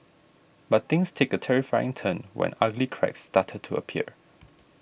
but things take a terrifying turn when ugly cracks started to appear